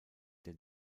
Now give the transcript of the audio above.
der